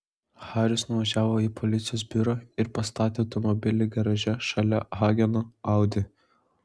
haris nuvažiavo į policijos biurą ir pastatė automobilį garaže šalia hageno audi